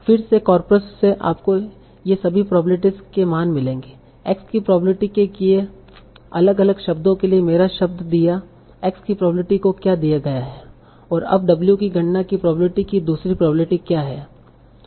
फिर से कॉर्पस से आपको ये सभी प्रोबेब्लिटीस के मान मिलेंगे x की प्रोबेब्लिटी के किये अलग अलग शब्दों के लिए मेरा शब्द दिया x की प्रोबेब्लिटी को क्या दिया गया है अब w की गणना की प्रोबेब्लिटी की दूसरी प्रोबेब्लिटी क्या है